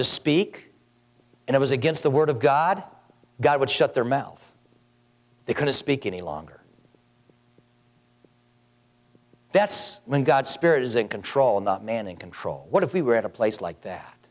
to speak and it was against the word of god god would shut their mouth they couldn't speak any longer that's when god's spirit is in control and the man in control what if we were at a place like that